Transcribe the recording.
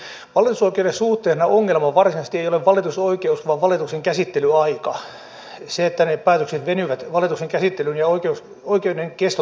valitusoikeuden suhteen ongelma varsinaisesti ei ole valitusoikeus vaan valituksen käsittelyaika se että ne päätökset venyvät valituksen käsittelyn ja oikeuden keston takia